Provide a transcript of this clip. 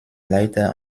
leiter